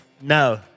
No